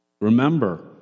Remember